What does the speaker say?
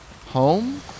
Home